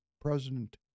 President